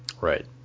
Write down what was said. Right